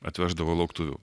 atveždavo lauktuvių